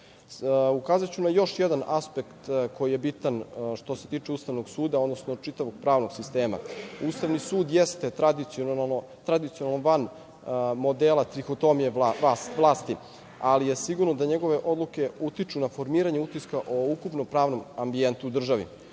na još jedan aspekt koji je bitan što se tiče Ustavnog suda, odnosno čitavog pravnog sistema. Ustavni sud, jeste tradicionalno, van modela trihotomije vlasti, ali je sigurno da njegove odluke utiču na formiranje utiska o ukupnom pravnom ambijentu u državi.